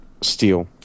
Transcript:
Steel